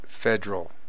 federal